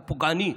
זה פוגעני.